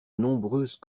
nombreuses